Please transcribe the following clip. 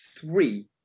three